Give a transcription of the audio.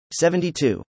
72